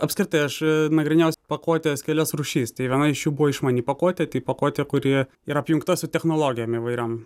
apskritai aš nagrinėjau pakuotes kelias rūšis tai viena iš jų buvo išmani pakuotę tai pakuotė kuri yra apjungta su technologijom įvairiom